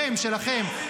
שלכם, שלכם.